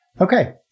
Okay